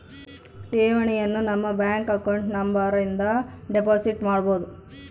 ಠೇವಣಿಯನು ನಮ್ಮ bank account number ಇಂದ ಡೆಪೋಸಿಟ್ ಮಾಡ್ಬೊದು